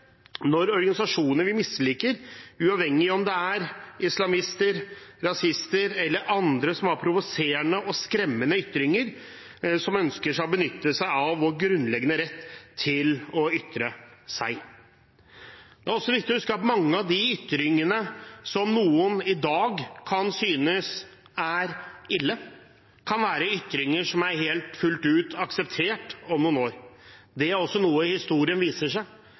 når det er organisasjoner vi misliker, uavhengig av om det er islamister, rasister eller andre som har provoserende og skremmende ytringer, som ønsker å benytte seg av vår grunnleggende rett til å ytre seg. Det er også viktig å huske at mange av de ytringene som noen i dag kan synes er ille, kan være ytringer som er helt og fullt akseptert om noen år. Det er også noe historien viser.